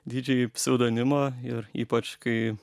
didžėj pseudonimą ir ypač kai